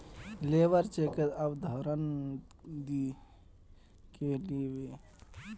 labour चेकेर अवधारणा के दीयाले